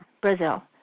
Brazil